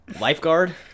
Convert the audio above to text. lifeguard